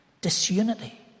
Disunity